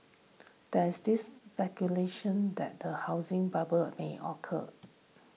there is this speculation that a housing bubble may occur